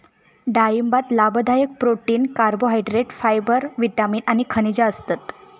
डाळिंबात लाभदायक protein, carbohydrate, fibre, vitamin आणि खनिजा असतत